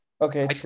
okay